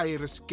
Iris